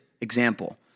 example